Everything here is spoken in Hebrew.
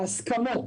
ההסכמות,